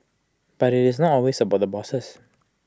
but IT is not always about the bosses